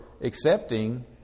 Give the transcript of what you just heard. accepting